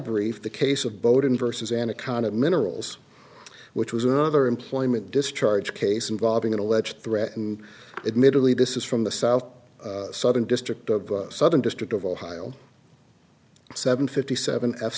brief the case of boating versus anaconda minerals which was another employment discharge case involving an alleged threat and admittedly this is from the south southern district of southern district of ohio seven fifty seven f